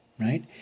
right